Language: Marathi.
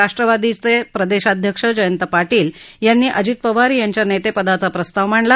राष्ट्रवादीचे प्रदेशाध्यक्ष जयंत पाटील यांनी अजित पवार यांच्या नेतेपदाचा प्रस्ताव मांडला